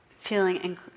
feeling